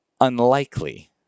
unlikely